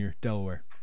Delaware